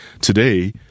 Today